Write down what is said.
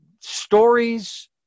stories